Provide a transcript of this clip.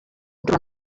other